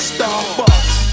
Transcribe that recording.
Starbucks